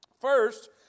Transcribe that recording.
First